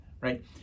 right